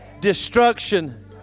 destruction